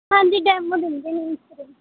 ਹਾਂਜੀ ਡੈਮੋ ਦਿੰਦੇ ਨੇ ਇੱਕ ਦਿਨ